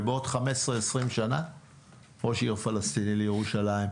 ובעוד 15-20 שנה ראש עיר פלסטיני לירושלים.